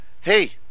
Hey